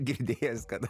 girdėjęs kad